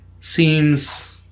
seems